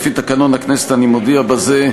לפי תקנון הכנסת אני מודיע בזה,